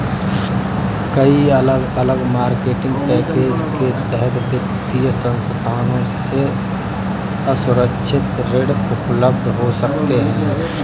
कई अलग अलग मार्केटिंग पैकेज के तहत वित्तीय संस्थानों से असुरक्षित ऋण उपलब्ध हो सकते हैं